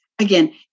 again